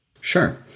Sure